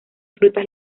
frutas